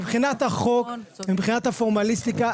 מבחינת החוק ומבחינת הפורמליסטיקה,